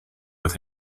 with